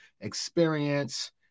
experience